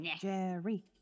Jerry